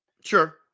Sure